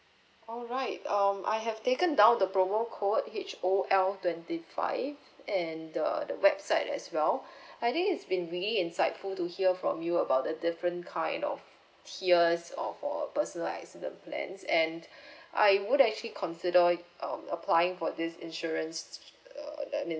alright um I have taken down the promo code H O L twenty five and the the website as well I think it's been really insightful to hear from you about the different kind of tiers or for personal accident plans and I would actually consider um applying for this insurance uh I mean